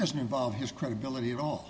doesn't involve his credibility at all